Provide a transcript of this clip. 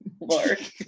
Lord